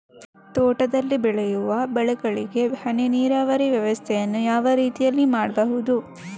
ತೋಟದಲ್ಲಿ ಬೆಳೆಯುವ ಬೆಳೆಗಳಿಗೆ ಹನಿ ನೀರಿನ ವ್ಯವಸ್ಥೆಯನ್ನು ಯಾವ ರೀತಿಯಲ್ಲಿ ಮಾಡ್ಬಹುದು?